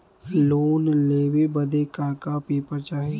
Loan लेवे बदे का का पेपर चाही?